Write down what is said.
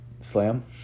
Slam